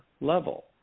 level